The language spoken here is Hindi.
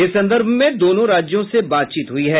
इस संदर्भ में दोनों राज्यों से बातचीत हुई है